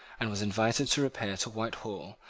and was invited to repair to whitehall,